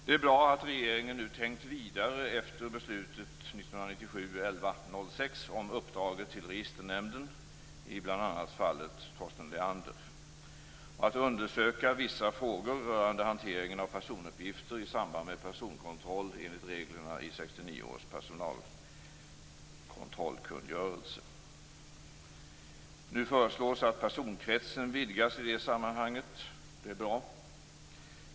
Det är bra att regeringen nu tänkt vidare efter beslutet den 6 november 1997 om uppdraget till Registernämnden i bl.a. fallet Torsten Leander, nämligen att undersöka vissa frågor rörande hanteringen av personuppgifter i samband med personkontroll enligt reglerna i 1969 års personalkontrollkungörelse. Nu föreslås att personkretsen vidgas i det sammanhanget. Det är bra.